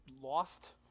Lost